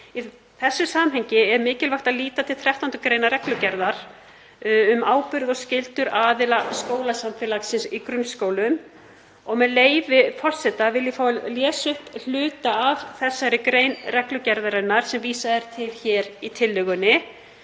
Í þessu samhengi er mikilvægt að líta til 13. gr. reglugerðar nr. 1040/2011 um ábyrgð og skyldur aðila skólasamfélagsins í grunnskólum. Með leyfi forseta vil ég fá að lesa upp hluta af þessari grein reglugerðarinnar sem vísað er til hér í tillögunni